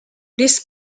this